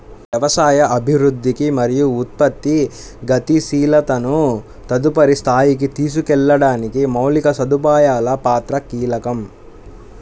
వ్యవసాయ అభివృద్ధికి మరియు ఉత్పత్తి గతిశీలతను తదుపరి స్థాయికి తీసుకెళ్లడానికి మౌలిక సదుపాయాల పాత్ర కీలకం